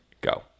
go